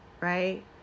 right